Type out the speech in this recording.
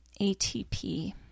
ATP